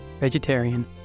Vegetarian